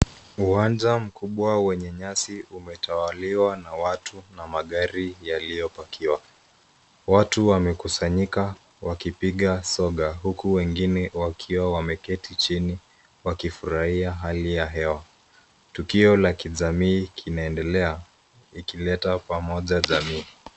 Uwanja mkubwa wenye nyasi umetawaliwa na watu na magari yaliyopakiwa. Watu wamekusanyika wakipiga soga huku wengine wakiwa wameketi chini wakifurahia hali ya hewa. Tukio la kijamii kinaendelea ikileta pamoja jamii.